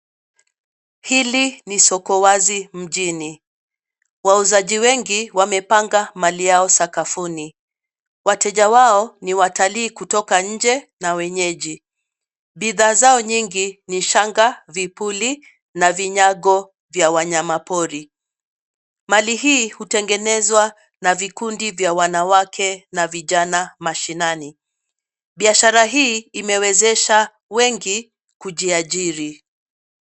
Hili ni soko wazi mjini, wauzaji wengi wamepanga mali yao sakafuni. Wateja wao ni watalii kutoka nje na wenyeji. Bidhaa zao nyingi ni shanga, vipuli na vinyago vya wanyama pori. Mali hii hutengenezwa na vikundi vya wanawake na vijana mashinani. Biashara hii imewezesha wengi kujiajiri.